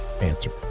answer